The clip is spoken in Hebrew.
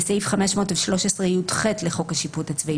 בסעיף 513יח לחוק השיפוט הצבאי,